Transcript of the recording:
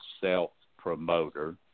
self-promoter